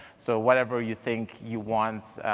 so whatever you think you want,